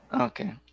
Okay